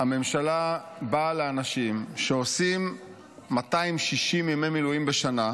הממשלה באה לאנשים שעושים 260 ימי מילואים בשנה,